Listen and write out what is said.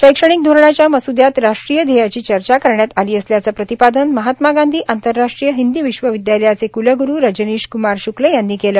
शैक्षणिक धोरणाच्या मस्दयात राष्ट्रीय ध्येयाची चर्चा करण्यात आली असल्याचं प्रतिपादन महात्मा गांधी आंतरराष्ट्रीय हिंदी विश्वविदयालयाचे कुलग्रु रजनीश कुमार शुक्ल यांनी केलं